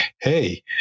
Hey